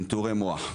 צנתורי מוח.